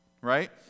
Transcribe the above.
right